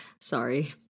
Sorry